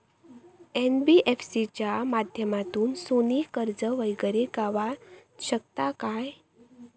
NBFC च्या माध्यमातून सोने कर्ज वगैरे गावात शकता काय?